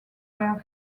were